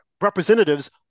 representatives